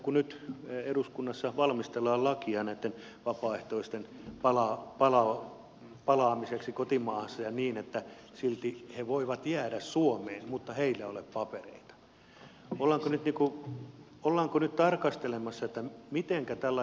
kun nyt eduskunnassa valmistellaan lakia näitten vapaaehtoisten palaamiseksi kotimaahansa niin että silti he voivat jäädä suomeen mutta heillä ei ole papereita ollaanko nyt tarkastelemassa tämä mitenkä täällä